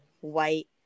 white